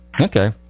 Okay